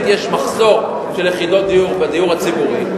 יש בו מחסור של יחידות דיור בדיור הציבורי,